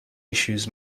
issues